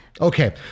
Okay